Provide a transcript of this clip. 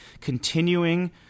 continuing